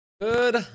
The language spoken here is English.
Good